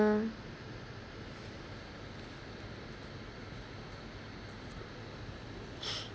um